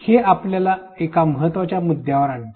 हे आपल्याला एका महत्त्वाच्या मुद्यावर आणते